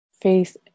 Face